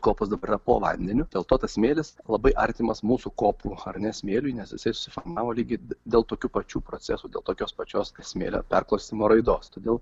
kopos dabar yra po vandeniu dėl to tas smėlis labai artimas mūsų kopų ar ne smėliui nes jisai susiformavo lygiai dėl tokių pačių procesų dėl tokios pačios smėlio perklostymo raidos todėl